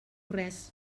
res